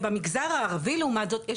במגזר הערבי לעומת זאת,